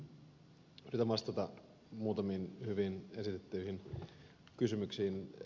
yritän vastata muutamiin hyvin esitettyihin kysymyksiin